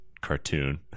cartoon